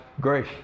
grace